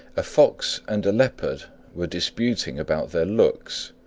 a fox and a leopard were disputing about their looks,